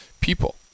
people